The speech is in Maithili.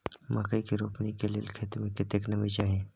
मकई के रोपनी के लेल खेत मे कतेक नमी चाही?